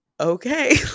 okay